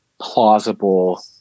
plausible